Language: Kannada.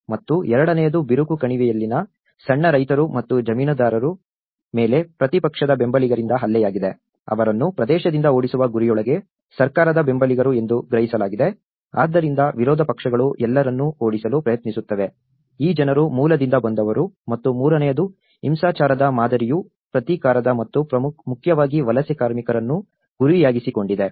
ಮತ್ತು ಎರಡನೆಯದು ಬಿರುಕು ಕಣಿವೆಯಲ್ಲಿನ ಸಣ್ಣ ರೈತರು ಮತ್ತು ಜಮೀನುದಾರರ ಮೇಲೆ ಪ್ರತಿಪಕ್ಷದ ಬೆಂಬಲಿಗರಿಂದ ಹಲ್ಲೆಯಾಗಿದೆ ಅವರನ್ನು ಪ್ರದೇಶದಿಂದ ಓಡಿಸುವ ಗುರಿಯೊಳಗೆ ಸರ್ಕಾರದ ಬೆಂಬಲಿಗರು ಎಂದು ಗ್ರಹಿಸಲಾಗಿದೆ ಆದ್ದರಿಂದ ವಿರೋಧ ಪಕ್ಷಗಳು ಎಲ್ಲರನ್ನು ಓಡಿಸಲು ಪ್ರಯತ್ನಿಸುತ್ತವೆ ಈ ಜನರು ಮೂಲದಿಂದ ಬಂದವರು ಮತ್ತು ಮೂರನೆಯದು ಹಿಂಸಾಚಾರದ ಮಾದರಿಯು ಪ್ರತೀಕಾರದ ಮತ್ತು ಮುಖ್ಯವಾಗಿ ವಲಸೆ ಕಾರ್ಮಿಕರನ್ನು ಗುರಿಯಾಗಿಸಿಕೊಂಡಿದೆ